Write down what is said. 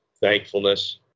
Thankfulness